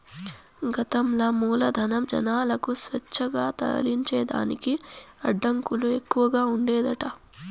గతంల మూలధనం, జనాలకు స్వేచ్ఛగా తరలించేదానికి అడ్డంకులు ఎక్కవగా ఉండేదట